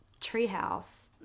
Treehouse